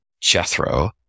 Jethro